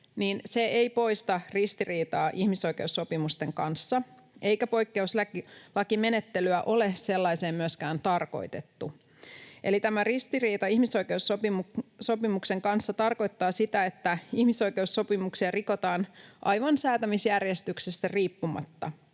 ei poista ristiriitaa ihmisoikeussopimusten kanssa eikä poikkeuslakimenettelyä ole sellaiseen myöskään tarkoitettu. Eli tämä ristiriita ihmisoikeussopimusten kanssa tarkoittaa sitä, että ihmisoikeussopimuksia rikotaan aivan säätämisjärjestyksestä riippumatta.